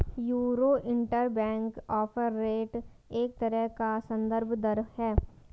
euro interbank offer rate एक तरह का सन्दर्भ दर है